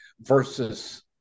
versus